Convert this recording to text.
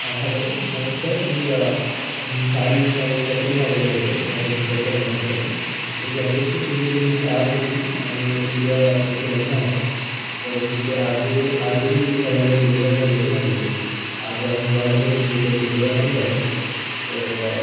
hello नमस्कार मी काल काही कपडे मागवले होते माझ्या मित्राच्या लग्नासाठी त्याची अपेक्षित डिलिव्हरी ही आज होती आणि उद्या त्याचे लग्न आहे परंतु ते आज आजही त्याला काही डिलेव्हर झालेले नाही आहे आज आम्ही वाट बघितली पण डिलेव्हर नाही झाले तर